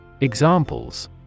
Examples